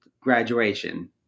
graduation